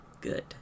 good